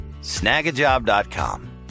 Snagajob.com